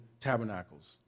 tabernacles